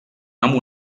amb